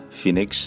Phoenix